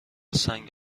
سنگ